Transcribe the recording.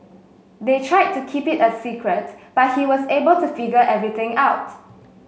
they tried to keep it a secret but he was able to figure everything out